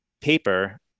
paper